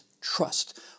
trust